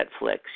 Netflix